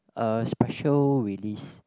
a special release